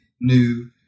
new